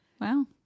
Wow